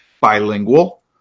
bilingual